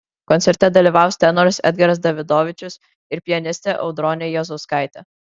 koncerte dalyvaus tenoras edgaras davidovičius ir pianistė audronė juozauskaitė